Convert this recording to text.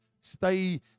Stay